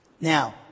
Now